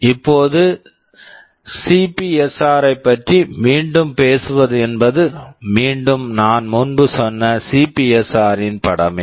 இப்போது CPSR CPSR ஐப் பற்றி மீண்டும் பேசுவது என்பது மீண்டும் நான் முன்பு சொன்ன சிபிஎஸ்ஆர் CPSR ன் படமே